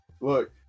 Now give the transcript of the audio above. Look